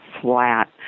flat